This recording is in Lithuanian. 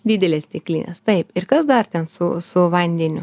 didelės stiklinės taip ir kas dar ten su su vandeniu